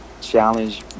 challenge